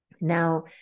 Now